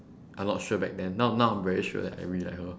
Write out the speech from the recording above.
I not sure back then now now I'm very sure that I really like her